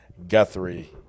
Guthrie